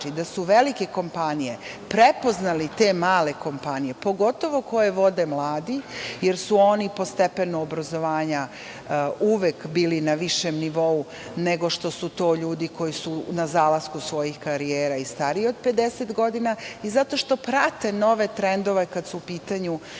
Da su velike kompanije prepoznale te male kompanije, pogotovo koje vode mladi jer su oni po stepenu obrazovanja uvek bili na višem nivou nego što su to ljudi koji su na zalasku svojih karijera i stariji od 50 godina i zato što prate nove trendove kada su u pitanju